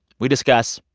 we discuss.